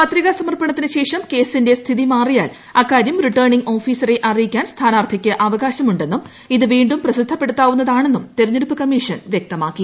പത്രിക സമർപ്പണത്തിന് ശേഷം കേസിന്റെ സ്ഥിതി മാറിയാൽ അക്കാര്യം റിട്ടേണിംഗ് ഓഫീസറെ അറിയിക്കാൻ സ്ഥാനാർത്ഥിക്ക് അവകാശം ഉണ്ടെന്നും ഇത് വീണ്ടും പ്രസിദ്ധപ്പെടുത്താവുന്നതാണെന്നും തെരഞ്ഞെടുപ്പ് കമ്മീഷൻ വ്യക്തമാക്കി